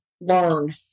Learn